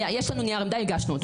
יש לנו נייר עמדה, הגשנו אותו.